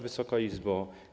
Wysoka Izbo!